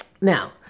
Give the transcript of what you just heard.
Now